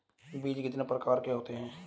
बीज कितने प्रकार के होते हैं?